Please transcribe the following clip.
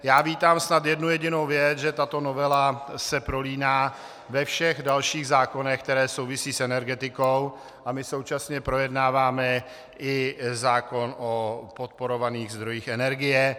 Já vítám snad jednu jedinou věc, že tato novela se prolíná ve všech dalších zákonech, které souvisí s energetikou, a my současně projednáváme i zákon o podporovaných zdrojích energie.